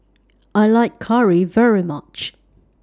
I like Curry very much